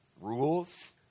rules